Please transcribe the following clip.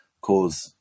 cause